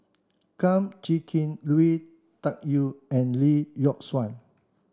Kum Chee Kin Lui Tuck Yew and Lee Yock Suan